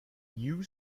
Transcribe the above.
you